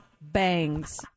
bangs